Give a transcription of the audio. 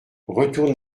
retourne